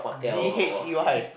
D H E Y